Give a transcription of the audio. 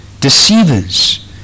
deceivers